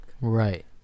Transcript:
Right